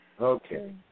Okay